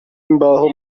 imbaho